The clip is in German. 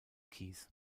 kies